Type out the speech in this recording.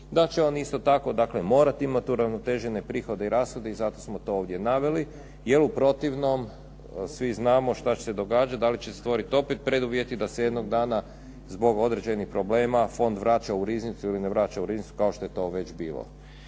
da će on isto tako dakle morati imati uravnotežene prihode i rashode i zato smo to ovdje naveli, jer u protivnom svi znamo šta će se događati. Da li će se stvoriti opet preduvjeti da se jednog dana zbog određenih problema fond vraća u riznicu ili ne vraća u riznicu kao što je to već bilo.